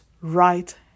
right